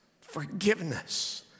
forgiveness